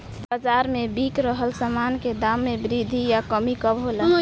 बाज़ार में बिक रहल सामान के दाम में वृद्धि या कमी कब होला?